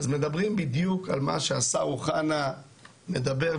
אז מדברים בדיוק על מה שהשר אוחנה מדבר.